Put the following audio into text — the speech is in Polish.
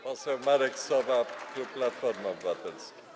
Poseł Marek Sowa, klub Platforma Obywatelska.